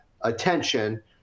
attention